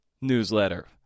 newsletter